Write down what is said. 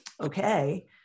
okay